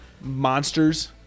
monsters